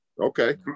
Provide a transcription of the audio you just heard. Okay